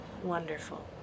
Wonderful